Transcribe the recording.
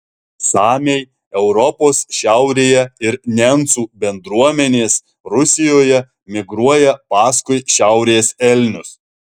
samiai europos šiaurėje ir nencų bendruomenės rusijoje migruoja paskui šiaurės elnius